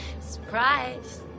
Surprise